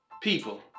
people